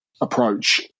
approach